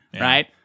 right